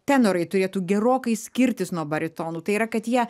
tenorai turėtų gerokai skirtis nuo baritonų tai yra kad jie